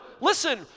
Listen